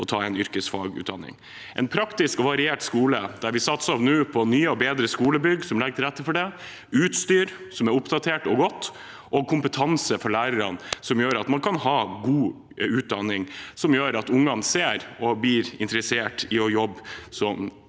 å ta en yrkesfagutdanning, med en praktisk og variert skole, der vi nå satser på nye og bedre skolebygg som legger til rette for det, utstyr som er oppdatert og godt, og kompetanse for lærerne, som gjør at man kan ha en god utdanning, som gjør at ungene blir interessert i å ta